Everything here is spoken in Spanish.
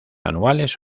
anuales